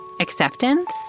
acceptance